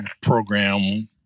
program